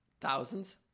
Thousands